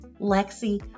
Lexi